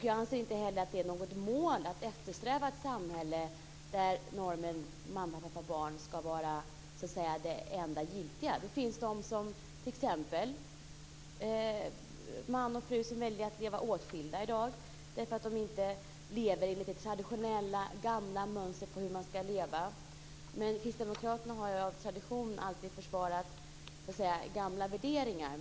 Jag anser inte heller att det är något mål att eftersträva ett samhälle där normen mamma-pappa-barn ska vara det enda giltiga. Det finns t.ex. man och fru som väljer att leva åtskilda i dag. De lever inte enligt det gamla traditionella mönstret för hur man ska leva. Kristdemokraterna har av tradition alltid försvarat gamla värderingar.